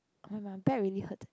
oh my back really hurts eh